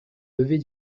lever